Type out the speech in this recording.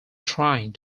trying